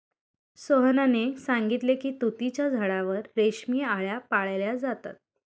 सोहनने सांगितले की तुतीच्या झाडावर रेशमी आळया पाळल्या जातात